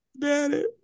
daddy